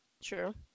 True